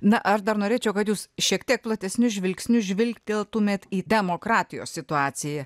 na ar dar norėčiau kad jūs šiek tiek platesniu žvilgsniu žvilgteltumėt į demokratijos situaciją